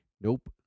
Nope